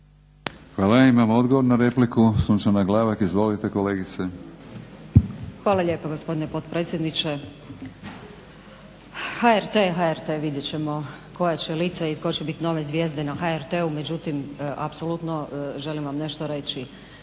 Hvala. Imamo odgovor na repliku. Sunčana Glavak. Izvolite kolegice. **Glavak, Sunčana (HDZ)** Hvala lijepo, gospodine potpredsjedniče. HRT, HRT, vidjet ćemo koja će lica i tko će bit nove zvijezde na HRT-u, međutim apsolutno želim vam nešto reći.